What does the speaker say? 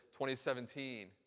2017